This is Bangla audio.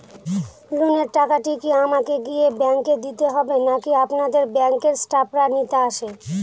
লোনের টাকাটি কি আমাকে গিয়ে ব্যাংক এ দিতে হবে নাকি আপনাদের ব্যাংক এর স্টাফরা নিতে আসে?